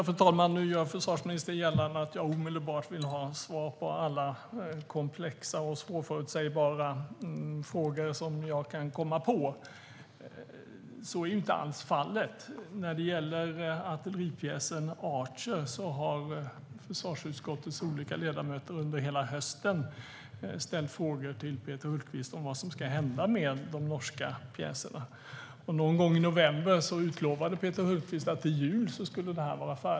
Fru talman! Försvarsministern gör gällande att jag omedelbart vill ha svar på alla komplexa och svårförutsägbara frågor jag kan komma på. Så är inte alls fallet. I fråga om artilleripjäsen Archer har försvarsutskottets olika ledamöter under hela hösten ställt frågor till Peter Hultqvist om vad som ska hända med de norska pjäserna. Någon gång i november utlovade Peter Hultqvist att det här skulle vara färdigt till jul.